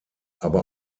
aber